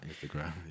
Instagram